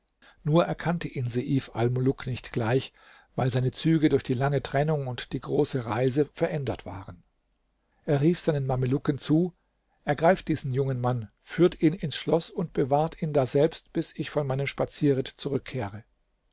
nur erkannte ihn seif almuluk nicht gleich weil seine züge durch die lange trennung und große reise verändert waren er rief seinen mamelucken zu ergreift diesen jungen mann führt in ins schloß und bewahrt ihn daselbst bis ich von meinem spazierritt zurückkehre